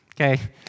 Okay